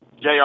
Jr